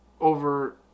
over